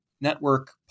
Network